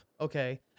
okay